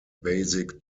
basic